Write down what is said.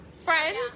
friends